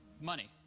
money